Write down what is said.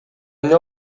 эмне